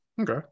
okay